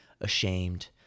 ashamed